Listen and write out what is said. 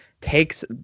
takes